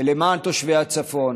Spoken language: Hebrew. ולמען תושבי הצפון